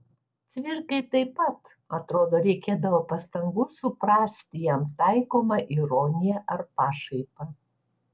cvirkai taip pat atrodo reikėdavo pastangų suprasti jam taikomą ironiją ar pašaipą